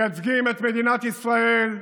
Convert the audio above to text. מייצגים את מדינת ישראל,